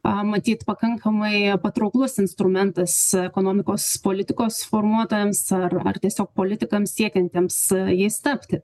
aaa matyt pakankamai patrauklus instrumentas ekonomikos politikos formuotojams ar ar tiesiog politikams siekiantems jais tapti